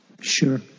Sure